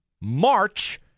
March